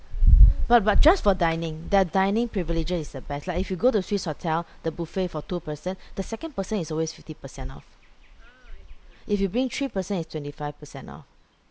but but just for dining their dining privileges is the best like if you go to swiss hotel the buffet for two person the second person is always fifty percent off if you bring three person it's twenty five percent off